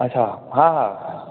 अछा हा हा